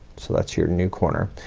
so that's your new corner.